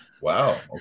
wow